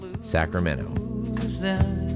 Sacramento